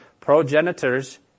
Progenitors